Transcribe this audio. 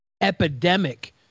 epidemic